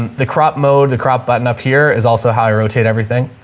and the crop mode, the crop button up here is also how i rotate everything.